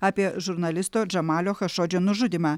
apie žurnalisto džamalio chašodžio nužudymą